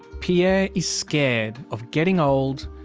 pierre is scared of getting old,